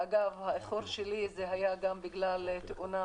אגב, האיחור שלי היה גם בגלל תאונה,